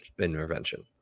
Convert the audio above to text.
intervention